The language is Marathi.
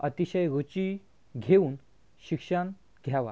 अतिशय रुची घेऊन शिक्षण घ्यावा